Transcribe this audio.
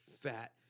fat –